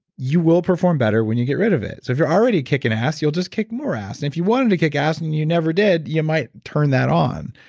you will perform better when you get rid of it. if you're already kicking ass you'll just kick more ass, and if you wanted to kick ass and you never did you might turn that on.